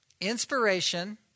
inspiration